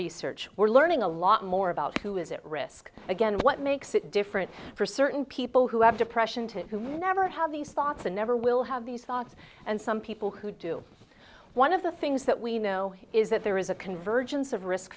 research we're learning a lot more about who is at risk again what makes it different for certain people who have depression to who never have these thoughts and never will have these thoughts and some people who do one of the things that we know is that there is a convergence of risk